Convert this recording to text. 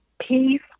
peace